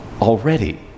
already